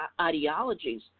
ideologies